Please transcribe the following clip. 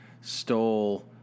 stole